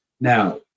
Now